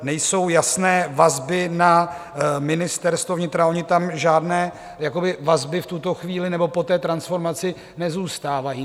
Nejsou jasné vazby na Ministerstvo vnitra: ony tam žádné vazby v tuto chvíli nebo po té transformaci nezůstávají.